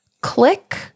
click